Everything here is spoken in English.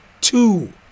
two